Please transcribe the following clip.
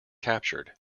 captured